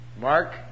Mark